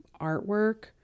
artwork